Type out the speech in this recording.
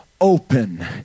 open